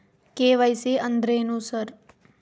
KYC ಅಂದ್ರೇನು sir?